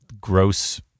gross